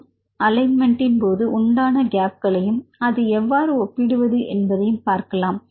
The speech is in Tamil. மற்றும் அலைன்மெண்ட்இன் போது உண்டான கேப்களையும் அதை எவ்வாறு ஒப்பிடுவது என்பதையும் பார்க்கலாம்